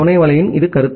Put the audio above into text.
துணை வலையின் கருத்து